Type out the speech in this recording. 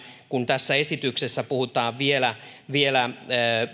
kun tässä esityksessä puhutaan vielä vielä